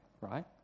right